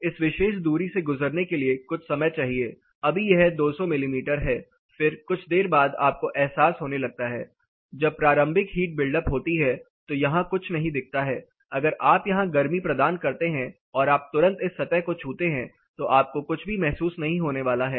फिर इस विशेष दूरी से गुजरने के लिए कुछ समय चाहिए अभी यह 200 मिमी है फिर कुछ देर बाद आपको अहसास होने लगता है जब प्रारंभिक हीट बिल्डअप होती है तो यहां कुछ नहीं दिखता हैं अगर आप यहां गर्मी प्रदान करते हैं और आप तुरंत इस सतह को छूते हैं तो आपको कुछ भी महसूस नहीं होने वाला है